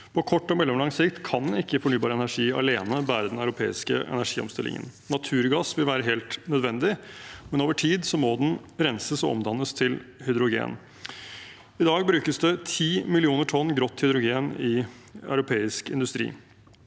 På kort og mellomlang sikt kan ikke fornybar energi alene bære den europeiske energiomstillingen. Naturgass vil være helt nødvendig, men over tid må den renses og omdannes til hydrogen. I dag brukes det ti millioner tonn grått hydrogen i europeisk industri.